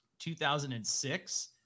2006